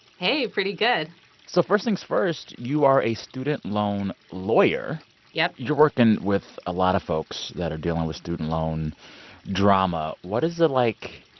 hey. pretty good so first things first, you are a student loan lawyer yep you're working with a lot of folks that are dealing with student loan drama. what is a, like,